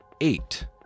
eight